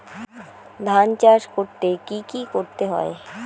ধান চাষ করতে কি কি করতে হয়?